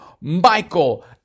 Michael